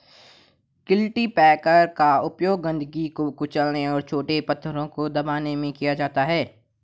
cultipacker का उपयोग गंदगी को कुचलने और छोटे पत्थरों को दबाने में किया जाता है